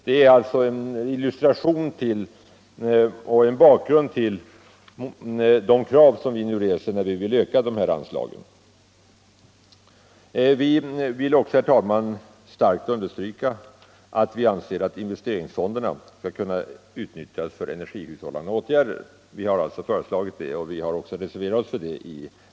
Det är alltså en illustration och en bakgrund till de krav som vi nu reser när vi vill öka anslagen. Vi vill också starkt understryka att vi anser att investeringsfonderna bör kunna utnyttjas för energihushållande åtgärder. Vi har också föreslagit det i reservationen.